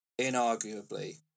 inarguably